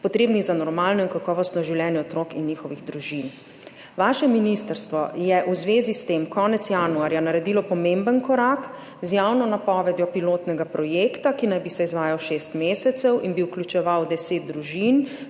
potrebnih za normalno in kakovostno življenje otrok in njihovih družin. Vaše ministrstvo je v zvezi s tem konec januarja naredilo pomemben korak z javno napovedjo pilotnega projekta, ki naj bi se izvajal šest mesecev in bi vključeval 10 družin